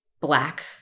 Black